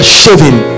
shaving